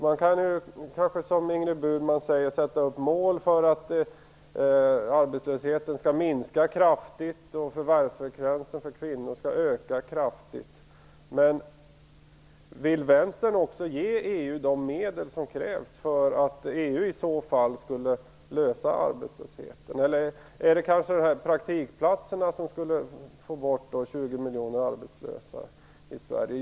Man kan kanske, som Ingrid Burman säger, sätta upp mål för att arbetslösheten skall minska kraftigt och för att förvärvsfrekvensen för kvinnor skall öka kraftigt. Men vill Vänsterpartiet också ge EU de medel som krävs för att EU i så fall skulle lösa problemet med arbetslösheten? Eller är det kanske praktikplatserna som skulle få bort 20 miljoner arbetslösa?